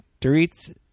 Dorit's